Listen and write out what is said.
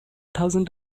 thousand